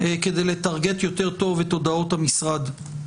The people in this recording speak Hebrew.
כדי לטרגט יותר טוב את הודעות המשרד.